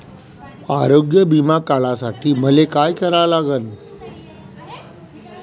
आरोग्य बिमा काढासाठी मले काय करा लागन?